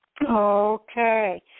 Okay